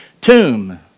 tomb